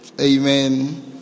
amen